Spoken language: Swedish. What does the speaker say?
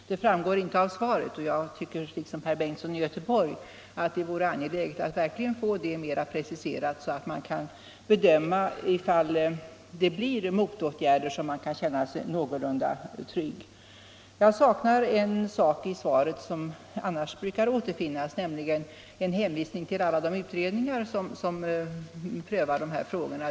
De framgår inte av svaret, och jag tycker liksom herr Bengtsson i Göteborg att det verkligen är angeläget att få dem mera preciserade så att man kan bedöma ifall motåtgärderna blir sådana att man kan känna sig någorlunda trygg. Jag saknar något i svaret som annars brukar återfinnas, nämligen en hänvisning till alla de utredningar som prövar dessa frågor.